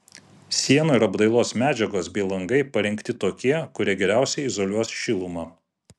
sienų ir apdailos medžiagos bei langai parinkti tokie kurie geriausiai izoliuos šilumą